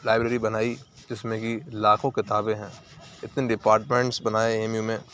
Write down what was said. library بنائی جس میں کہ لاکھوں کتابیں ہیں اتنے ڈیپارٹمنٹس بنائے اے ایم یو میں